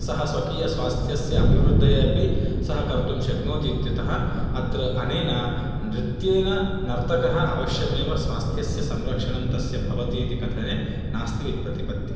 सः स्वकीयस्वास्थ्यस्य अभिवृद्धये अपि सः कर्तुं शक्नोति इत्यतः अत्र अनेन नृत्येन नर्तकः अवश्यमेव स्वास्थ्यस्य संरक्षणं तस्य भवति इति कथने नास्ति विप्रतिपत्तिः